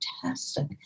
fantastic